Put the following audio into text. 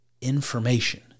information